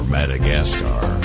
Madagascar